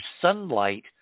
sunlight